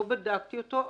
לא בדקתי את הנושא,